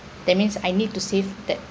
that means I need to save that